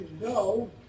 go